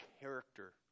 character